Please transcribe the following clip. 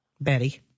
Betty